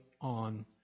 on